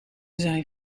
zijn